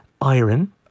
iron